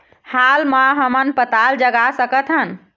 हाल मा हमन पताल जगा सकतहन?